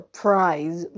prize